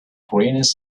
greenish